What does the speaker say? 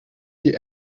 die